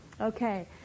Okay